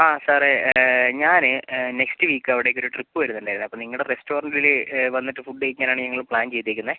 ആ സാറെ ഞാൻ നെക്സ്റ്റ് വീക്ക് അവിടേക്ക് ഒരു ട്രിപ്പ് വരുന്നുണ്ടായിരുന്നു അപ്പോൾ നിങ്ങളുടെ റെസ്റ്റോറന്റിൽ വന്നിട്ട് ഫുഡ് കഴിക്കാനാണ് ഞങ്ങൾ പ്ലാൻ ചെയ്തേക്കുന്നത്